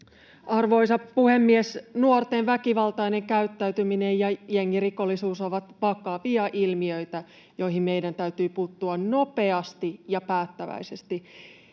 Arvoisa puhemies! Nuorten väkivaltainen käyttäytyminen ja jengirikollisuus ovat vakavia ilmiöitä, joihin meidän täytyy puuttua nopeasti ja päättäväisesti.